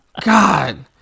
god